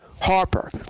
Harper